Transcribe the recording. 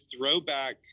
throwback